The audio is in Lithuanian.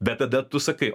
bet tada tu sakai